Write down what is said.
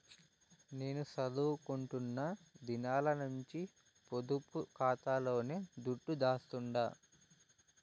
నేను సదువుకుంటున్న దినాల నుంచి పొదుపు కాతాలోనే దుడ్డు దాస్తండా